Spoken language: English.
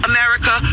America